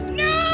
no